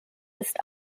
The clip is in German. ist